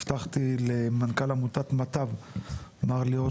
הבטחתי למנכ"ל עמותת מטב, מר ליאור